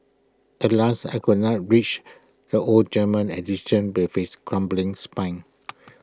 Alas I could not reach the old German edition with its crumbling spine